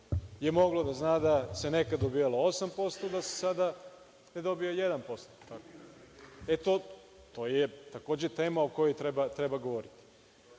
je moglo da zna da se nekada dobijalo 8%, a da se sada dobija 1%. To je takođe tema o kojoj treba govoriti. Dakle,